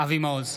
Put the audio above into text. אבי מעוז,